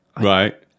Right